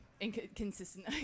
inconsistent